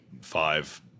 five